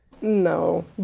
no